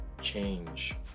change